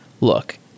look